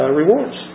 rewards